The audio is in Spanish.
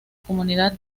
comunidad